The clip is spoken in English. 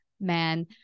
man